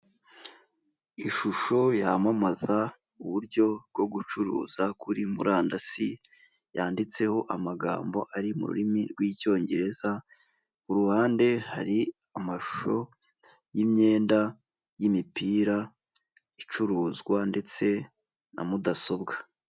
Ishusho yamamaza uburyo bwo gucuruza kuri murandasi, yanditseho amagambo ari mu rurimi rw'Icyongereza. Ku ruhande hari amashusho y'imyenda, y'imipira icuruzwa ndetse na mudasobwa.